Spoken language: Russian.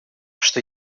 что